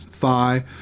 thigh